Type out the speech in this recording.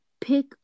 Pick